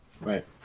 Right